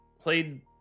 played